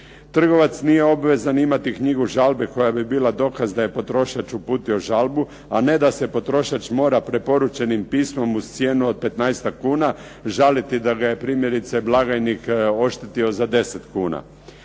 Trgovac nije obvezan imati knjigu žalbe koja bi bila dokaz da je potrošač uputio žalbu a ne da se potrošač mora preporučenim pismom uz cijenu od 15-tak kuna žaliti da ga je primjerice blagajnik oštetio za 10 kuna.